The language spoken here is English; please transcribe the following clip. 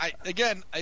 Again